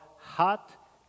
hot